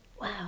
Wow